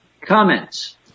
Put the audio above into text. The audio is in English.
Comments